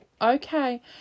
okay